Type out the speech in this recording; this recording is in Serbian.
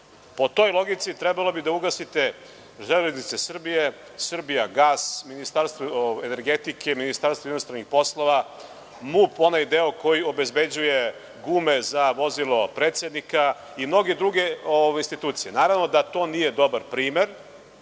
toj logici trebalo bi da ugasite „Železnice Srbije“, „Srbijagas“, Ministarstvo energetike, Ministarstvo inostranih poslova, MUP, onaj deo koji obezbeđuje gume za vozilo predsednika i mnoge druge institucije. Naravno da to nije dobar primer,